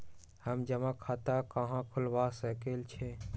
हम जमा खाता कहां खुलवा सकई छी?